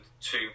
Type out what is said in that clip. two